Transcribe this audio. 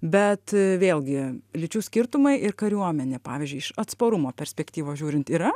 bet vėlgi lyčių skirtumai ir kariuomenė pavyzdžiui iš atsparumo perspektyvos žiūrint yra